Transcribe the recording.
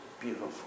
beautiful